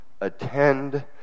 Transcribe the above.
attend